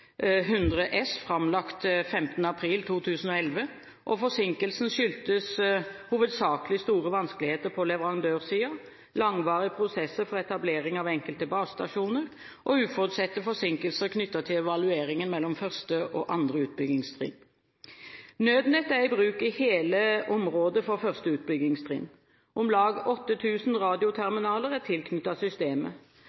100 S for 2010–2011, framlagt 15. april 2011. Forsinkelsen skyldtes hovedsakelig store vanskeligheter på leverandørsiden, langvarige prosesser for etablering av enkelte basestasjoner og uforutsette forsinkelser knyttet til evalueringen mellom første og andre utbyggingstrinn. Nødnett er i bruk i hele området for første utbyggingstrinn. Om lag